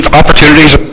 opportunities